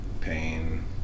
pain